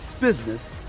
business